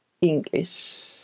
english